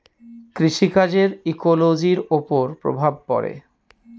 কৃষি কাজের ইকোলোজির ওপর প্রভাব পড়ে